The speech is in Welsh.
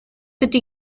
ydy